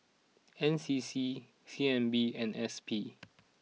N C C C N B and S P